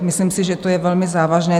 Myslím si, že to je velmi závažné.